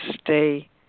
stay